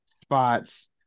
spots